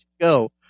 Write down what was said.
go